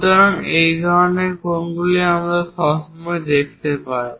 সুতরাং এই ধরনের কোণগুলি আমরা সবসময় দেখতে পাই